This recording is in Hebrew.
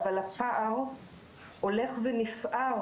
אבל הפער הולך ונפער,